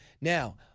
Now